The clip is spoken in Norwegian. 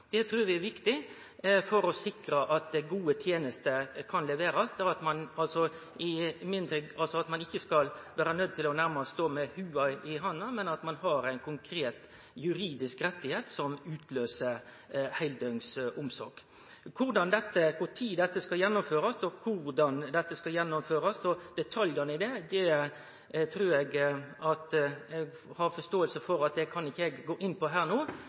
Det trur vi er viktig for å sikre at gode tenester kan leverast, altså at ein ikkje nærmast skal vere nøydd til å stå med lua i handa, men at ein har ein konkret, juridisk rett som utløyser heildøgns omsorg. Kva tid og korleis dette skal bli gjennomført, og detaljane i det, trur eg ho har forståing for at eg ikkje kan gå inn på her og no.